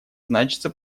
значится